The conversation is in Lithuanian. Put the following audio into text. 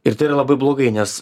ir tai yra labai blogai nes